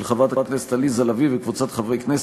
של חברת הכנסת עליזה לביא וקבוצת חברי הכנסת,